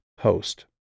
host